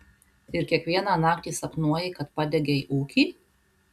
ir kiekvieną naktį sapnuoji kad padegei ūkį